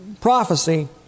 prophecy